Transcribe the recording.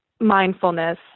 Mindfulness